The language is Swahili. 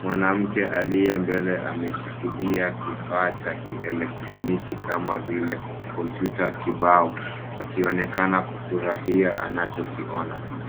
,mwanamke aliye mbele ameshikilia kifaa cha kielektroniki kama vile kompyuta kibao akionekana kufurahia anachokiona.